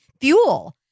fuel